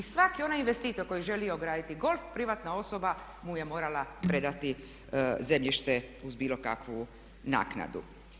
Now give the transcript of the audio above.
I svaki onaj investitor koji je želio graditi golf privatna osoba mu je morala predati zemljište uz bilo kakvu naknadu.